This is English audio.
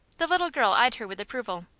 the little girl eyed her with approval.